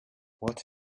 what